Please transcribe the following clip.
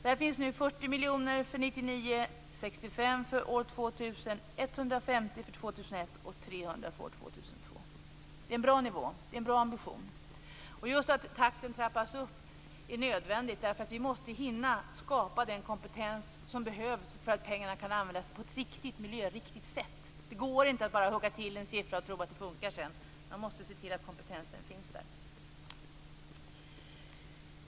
Det finns nu 40 miljoner för 1999, 65 miljoner för år 2000, 150 miljoner för 2001 och 300 miljoner för år 2002. Det är en bra nivå, en bra ambition. Att takten trappas upp är nödvändigt. Vi måste hinna skapa den kompetens som behövs för att pengarna kan användas på ett miljöriktigt sätt. Det går inte att bara hugga till en siffra och tro att det funkar. Man måste se till att kompetensen finns där.